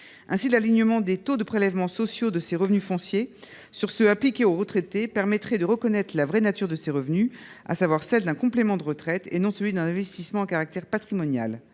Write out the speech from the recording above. Ainsi, l’alignement des taux de prélèvements sociaux de ces revenus fonciers sur ceux qui sont appliqués aux retraités permettrait de reconnaître la vraie nature de ces revenus, à savoir celle d’un complément de retraite, et non celui d’un investissement à caractère patrimonial.